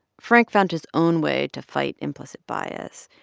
frank found his own way to fight implicit bias.